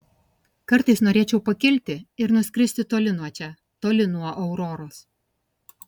kartais norėčiau pakilti ir nuskristi toli nuo čia toli nuo auroros